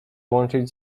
łączyć